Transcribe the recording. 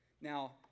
Now